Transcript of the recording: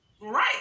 right